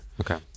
Okay